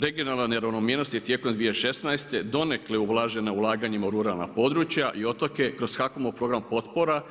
Regionalna neravnomjernost je tijekom 2016. donekle ublažena ulaganjima u ruralna područja i otoke kroz HAKOM-ov program potpora